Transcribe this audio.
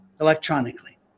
electronically